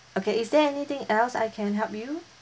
okay is there anything else I can help you